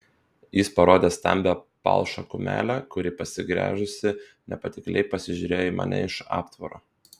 jis parodė stambią palšą kumelę kuri pasigręžusi nepatikliai pasižiūrėjo į mane iš aptvaro